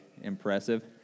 impressive